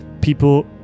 people